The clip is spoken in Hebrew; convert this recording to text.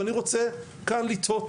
ואני רוצה כאן לתהות,